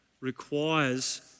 requires